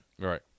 Right